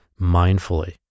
mindfully